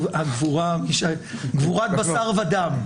אם בן אדם נפטר בבית חולים,